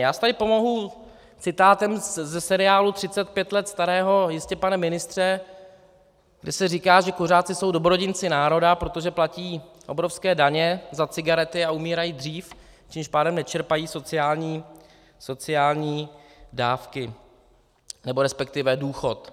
Já si tady pomohu citátem ze seriálu 35 let starého Jistě, pane ministře, kde se říká, že kuřáci jsou dobrodinci národa, protože platí obrovské daně za cigarety a umírají dřív, a tím pádem nečerpají sociální dávky, nebo respektive důchod.